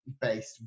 based